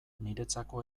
niretzako